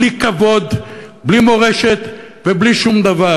בלי כבוד, בלי מורשת ובלי שום דבר.